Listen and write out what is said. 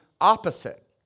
opposite